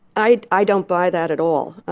i i don't buy that at all.